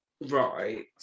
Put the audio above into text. Right